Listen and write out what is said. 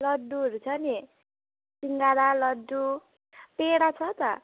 लड्डुहरू छ नि सिँगडा लड्डु पेडा छ त